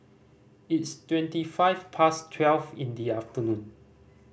its twenty five past twelve in the afternoon